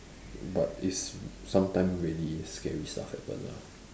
but it's sometimes really scary stuff happen ah